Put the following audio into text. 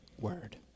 word